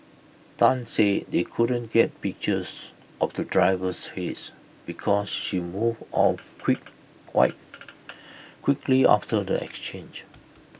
Tan said they couldn't get pictures of the driver's face because she moved off quick quite quickly after the exchange